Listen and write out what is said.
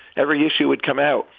every issue would come out,